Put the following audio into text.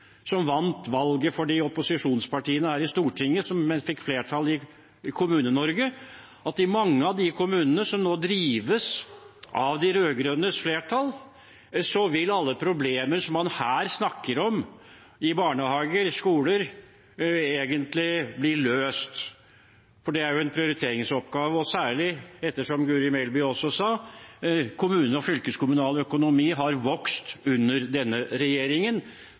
opposisjonspartiene her i Stortinget, som fikk flertall i Kommune-Norge – om at i mange av de kommunene som nå drives av de rød-grønnes flertall, vil alle problemer i barnehager og skoler som man her snakker om, egentlig bli løst, for det er jo en prioriteringsoppgave. Og som Guri Melby også sa: Kommunal og fylkeskommunal økonomi har vokst under denne regjeringen,